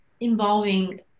Involving